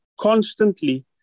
constantly